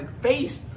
face